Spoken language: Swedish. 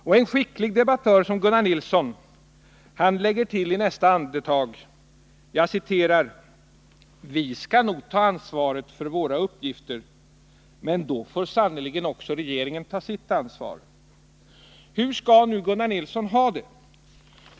Och en skicklig debattör som Gunnar Nilsson lägger till i nästa andetag: ”Vi skall nog ta ansvaret för våra uppgifter, men då får sannerligen också regeringen ta sitt ansvar.” Hur skall nu Gunnar Nilsson ha det?